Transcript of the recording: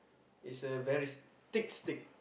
is a very thick steak